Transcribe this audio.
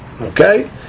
Okay